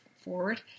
forward